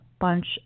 bunch